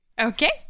okay